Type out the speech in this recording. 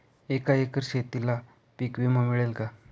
एका एकर शेतीला पीक विमा मिळेल का?